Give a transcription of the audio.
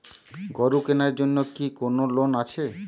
গরু কেনার জন্য কি কোন লোন আছে?